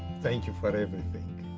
thank you for everything.